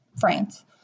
France